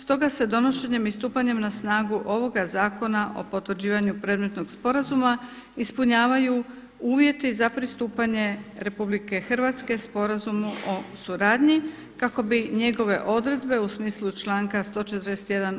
Stoga se donošenjem i stupanjem na snagu ovoga Zakona o potvrđivanju predmetnog sporazuma ispunjavaju uvjeti za pristupanje RH Sporazumu o suradnji kako bi njegove odredbe u smislu članka 141.